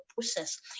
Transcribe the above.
process